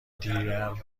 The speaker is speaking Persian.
دیگر